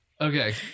Okay